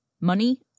money